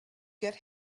get